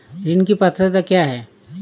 ऋण की पात्रता क्या है?